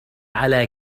على